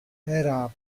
era